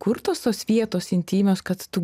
kurtos tos vietos intymios kad tu